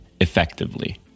effectively